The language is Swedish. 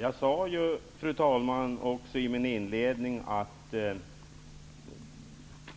Fru talman! Jag sade i min inledning att om